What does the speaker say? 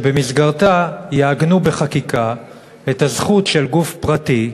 שבמסגרתה יעגנו בחקיקה את הזכות של גוף פרטי,